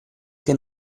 che